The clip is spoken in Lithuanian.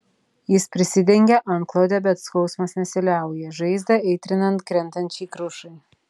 jis prisidengia antklode bet skausmas nesiliauja žaizdą aitrinant krentančiai krušai